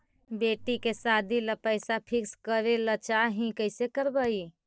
बेटि के सादी ल पैसा फिक्स करे ल चाह ही कैसे करबइ?